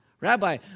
Rabbi